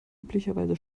üblicherweise